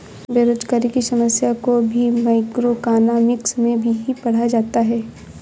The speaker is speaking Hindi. बेरोजगारी की समस्या को भी मैक्रोइकॉनॉमिक्स में ही पढ़ा जाता है